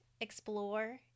explore